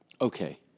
Okay